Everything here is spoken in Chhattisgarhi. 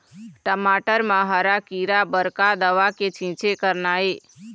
टमाटर म हरा किरा बर का दवा के छींचे करना ये?